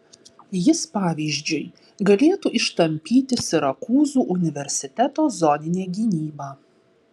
jis pavyzdžiui galėtų ištampyti sirakūzų universiteto zoninę gynybą